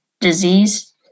disease